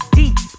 deep